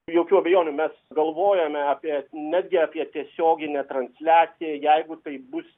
jokių abejonių mes galvojame apie netgi apie tiesioginę transliaciją jeigu taip bus